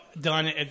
done